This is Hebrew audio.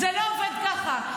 זה לא עובד ככה.